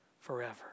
forever